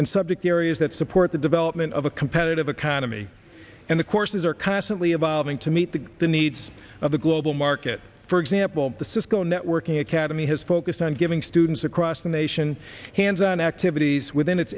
and subject areas that support the development of a competitive economy and the courses are constantly evolving to meet the needs of the global market for example the cisco networking academy has focused on giving students across the nation hands on activities within its